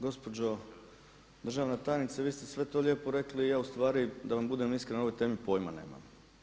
Gospođo državna tajnice vi ste sve to lijepo rekli i ja ustvari da vam budem iskren o ovoj temi pojma nemam.